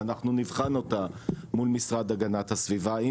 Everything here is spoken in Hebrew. ואנחנו נבחן אותה מול משרד הגנת הסביבה,